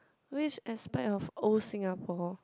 which aspect of old Singapore